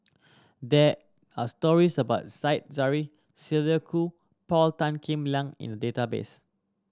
there are stories about Said Zahari Sylvia Kho Paul Tan Kim Liang in database